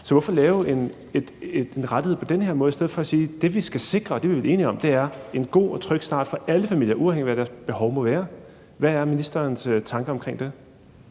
Så hvorfor indrette det på den her måde i stedet for at sige, at det, vi skal sikre, og det er vi vel enige om, er en god og tryg start for alle familier, uafhængigt af hvad deres behov må være? Hvad er ministerens tanker omkring det?